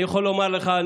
אני יכול לומר לך,